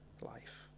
life